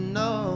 no